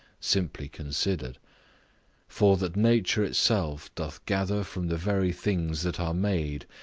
simply considered for that nature itself doth gather from the very things that are made,